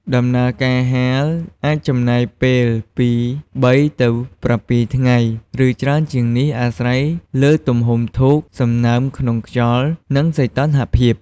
ដំណើរការហាលអាចចំណាយពេលពី ៣ ទៅ ៧ ថ្ងៃ ឬច្រើនជាងនេះ អាស្រ័យលើទំហំធូប សំណើមក្នុងខ្យល់ និងសីតុណ្ហភាព។